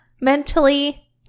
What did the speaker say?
mentally